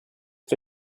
for